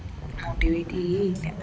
motivate ചെയ്യുകയില്ല